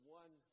one